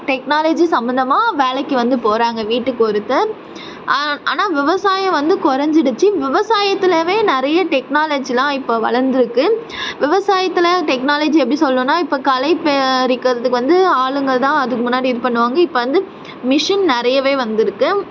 technology சம்மந்தமாக வேலைக்கு வந்து போகறாங்க வீட்டுக்கு ஒருத்தர் ஆனால் விவசாயம் வந்து குறஞ்சிடுச்சி விவசாயத்துலவே நிறைய டெக்னாலஜி எல்லாம் இப்போ வளர்ந்துருக்கு விவசாயத்தில் டெக்னாலஜி எப்படி சொல்லணும்ன்னா இப்போ களை பறிக்கிறதுக்கு வந்து ஆளுங்க தான் இதுக்கு முன்னாடி வந்து இது பண்ணுவாங்க இப்போ வந்து மிஷின் நிறையவே வந்து இருக்கு